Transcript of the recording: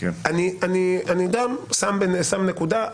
אני שם נקודה.